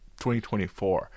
2024